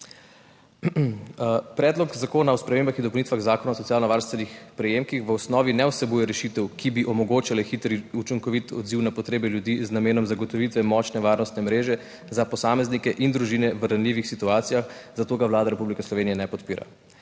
Predlog zakona o spremembah in dopolnitvah Zakona o socialno varstvenih prejemkih v osnovi ne vsebuje rešitev, ki bi omogočale hiter in učinkovit odziv na potrebe ljudi z namenom zagotovitve močne varnostne mreže za posameznike in družine v ranljivih situacijah, zato ga Vlada Republike Slovenije ne podpira.